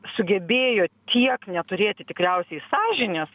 sugebėjo tiek neturėti tikriausiai sąžinės